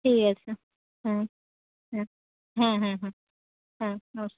ঠিক আছে হ্যাঁ হ্যাঁ হ্যাঁ হ্যাঁ হ্যাঁ হ্যাঁ নমস্কার